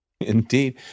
Indeed